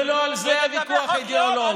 ולא על זה הוויכוח האידיאולוגי.